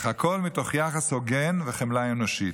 אך הכול מתוך יחס הוגן וחמלה אנושית.